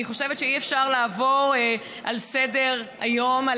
אני חושבת שאי-אפשר לעבור לסדר-היום על